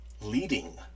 leading